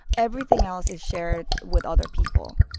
everything else is shared with other people.